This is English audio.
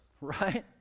right